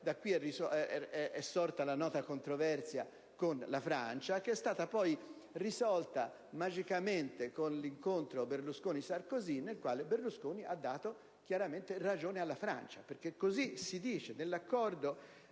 Da qui è sorta la nota controversia con la Francia, che è stata poi risolta magicamente con l'incontro Berlusconi-Sarkozy, nel quale Berlusconi ha dato chiaramente ragione alla Francia, perché così si dice. Nella